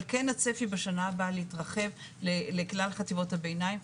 אבל כן הצפי בשנה הבאה להתרחב לכלל חטיבות הביניים.